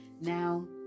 now